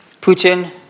Putin